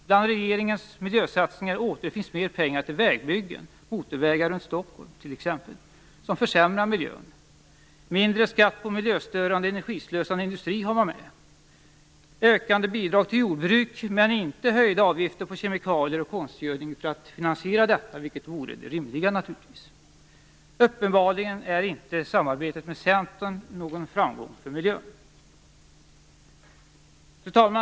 Bland regeringens miljösatsningar återfinns mer pengar till vägbyggen som försämrar miljön, t.ex. motorvägar runt Stockholm, mindre skatt på miljöstörande och energislösande industri och ökande bidrag till jordbruk, men inte höjda avgifter på kemikalier och konstgödning för att finansiera detta, vilket naturligtvis vore det rimliga. Uppenbarligen är inte samarbetet med Centern någon framgång för miljön.